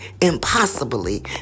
impossibly